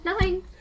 nine